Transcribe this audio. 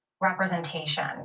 representation